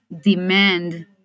demand